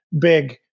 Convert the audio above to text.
big